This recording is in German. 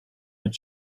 mit